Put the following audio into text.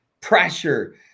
pressure